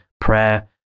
Prayer